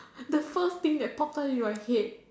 the first thing that popped up in my head